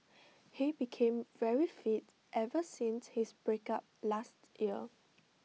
he became very fit ever since his breakup last year